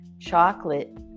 chocolate